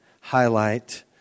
highlight